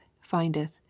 findeth